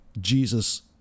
Jesus